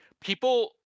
people